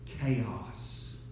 Chaos